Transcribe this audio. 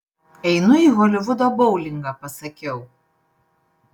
einu į holivudo boulingą pasakiau